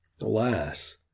Alas